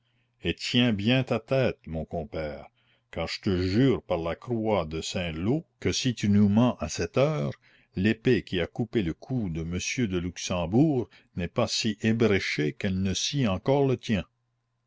et tiens bien ta tête mon compère car je te jure par la croix de saint-lô que si tu nous mens à cette heure l'épée qui a coupé le cou de monsieur de luxembourg n'est pas si ébréchée qu'elle ne scie encore le tien